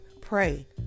pray